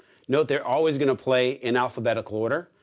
note they're always going to play in alphabetical order,